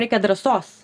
reikia drąsos